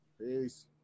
Peace